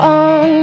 on